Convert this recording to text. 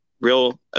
real